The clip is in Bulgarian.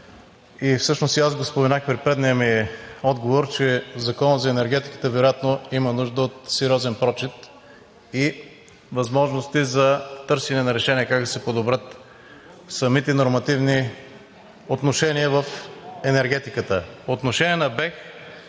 всъщност и аз го споменах при предния ми отговор, че Законът за енергетиката вероятно има нужда от сериозен прочит и възможности за търсене на решения как да се подобрят самите нормативни отношения в енергетиката. По отношение на БЕХ.